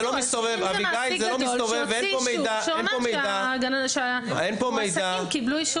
זה לא מסתובב ואין כאן מידע שמסתובב שאם הוא זולג,